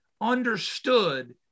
understood